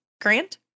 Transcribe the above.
Grant